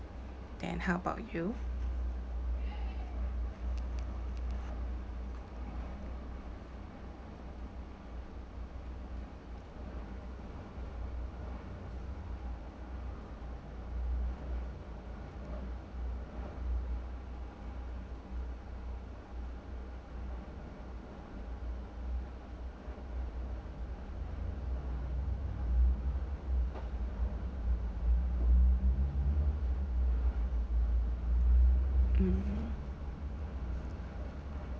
then how about you mm